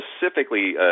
specifically